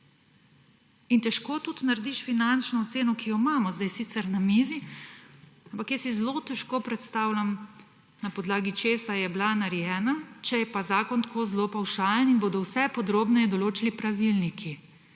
In težko tudi narediš finančno oceno, ki jo imamo zdaj sicer na mizi, ampak jaz si zelo težko predstavljam, na podlagi česa je bila narejena, če je pa zakon tako zelo pavšalen in bodo vse drugo podrobneje določili pravilniki